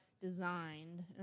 designed